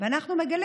ואנחנו נגלה